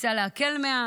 ניסה להקל מעט,